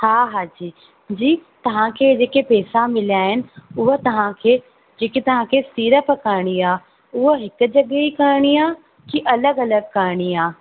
हा हा जी जी जी तव्हांखे जेके पैसा मिलिया आहिनि उहा तव्हांखे जेके तव्हांखे सीड़प करणी आहे उहा हिकु जॻह ई करणी आहे की अलॻि अलॻि करणी आहे